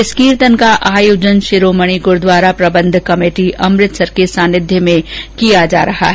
इस कीर्तन का आयोजन शिरोमणि गुरूद्वारा प्रबंध कमेटी अमृतसर के सानिध्य में किया जा रहा है